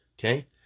okay